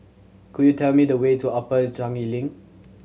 could you tell me the way to Upper Changi Link